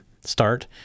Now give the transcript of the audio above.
start